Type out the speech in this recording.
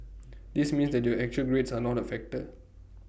this means that your actual grades are not A factor